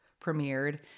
premiered